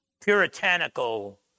puritanical